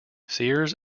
sears